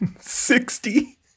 Sixty